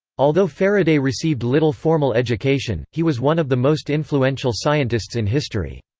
although faraday received little formal education, he was one of the most influential scientists in history.